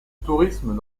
tourisme